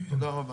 תודה רבה.